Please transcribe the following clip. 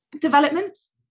Developments